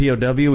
POW